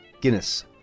Guinness